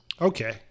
Okay